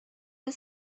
the